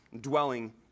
dwelling